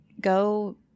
go